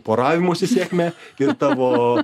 poravimosi sėkmę ir tavo